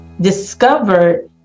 discovered